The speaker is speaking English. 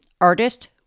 artist